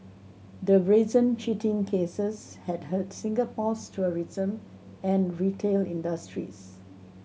the brazen cheating cases had hurt Singapore's tourism and retail industries